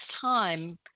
time